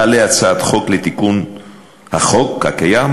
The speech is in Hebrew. אם תעלה הצעת חוק לתיקון החוק הקיים,